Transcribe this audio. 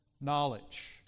knowledge